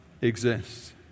exists